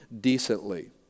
decently